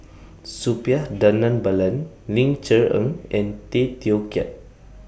Suppiah Dhanabalan Ling Cher Eng and Tay Teow Kiat